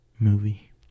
movie